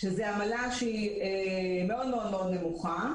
שזאת עמלה מאוד מאוד נמוכה,